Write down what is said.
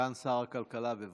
סגן שר הכלכלה, בבקשה.